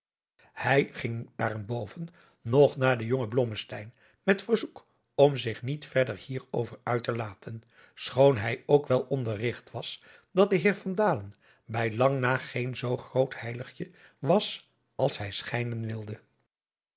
hij ging daarenboven nog naar den jongen blommesteyn met verzoek om zich niet verder hier over uit te laten schoon hij ook wel onderrigt was dat de heer van dalen bij lang na geen zoo groot heiligje was als hij schijnen wilde